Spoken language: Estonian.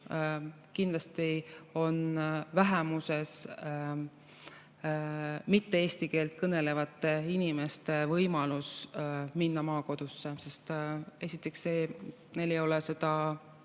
kindlasti on vähemuses mitte eesti keelt kõnelevate inimeste võimalus minna maakodusse. Esiteks neil ei ole